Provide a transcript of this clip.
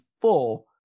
full